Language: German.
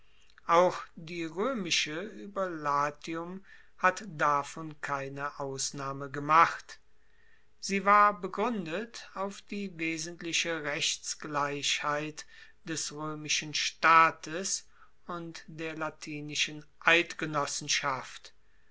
auch die roemische ueber latium hat davon keine ausnahme gemacht sie war begruendet auf die wesentliche rechtsgleichheit des roemischen staates und der latinischen eidgenossenschaft